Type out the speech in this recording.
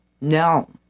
No